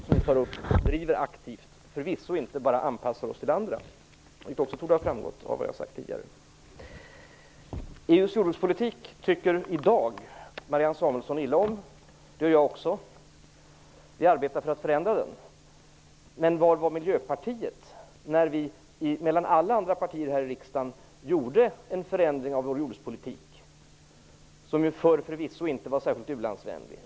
Vi driver den aktivt och anpassar oss förvisso inte bara efter andra. Det torde också ha framgått av vad jag har sagt tidigare. Marianne Samuelsson tycker i dag illa om EU:s jordbrukspolitik. Det gör jag också. Vi arbetar för att förändra den. Men var var Miljöpartiet när alla andra partier här i riksdagen genomförde en förändring av jordbrukspolitiken som ju förr förvisso inte var särskilt u-landsvänlig?